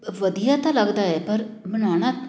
ਵਧੀਆ ਤਾਂ ਲੱਗਦਾ ਹੈ ਪਰ ਬਣਾਉਣਾ